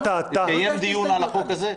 טעתה --- התקיים דיון על החוק הזה?